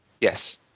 Yes